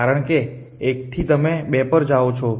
કારણ કે 1 થી તમે 2 જાઓ છો